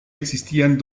existían